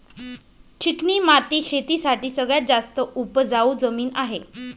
चिकणी माती शेती साठी सगळ्यात जास्त उपजाऊ जमीन आहे